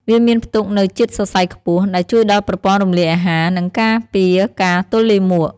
វាមានផ្ទុកនូវជាតិសរសៃខ្ពស់ ដែលជួយដល់ប្រព័ន្ធរំលាយអាហារ និងការពារការទល់លាមក។